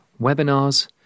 webinars